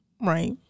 right